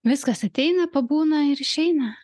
viskas ateina pabūna ir išeina